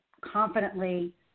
confidently